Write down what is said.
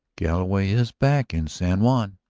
galloway is back in san juan.